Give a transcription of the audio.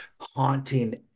haunting